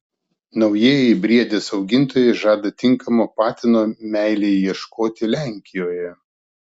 naujieji briedės augintojai žada tinkamo patino meilei ieškoti lenkijoje